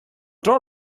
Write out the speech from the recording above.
door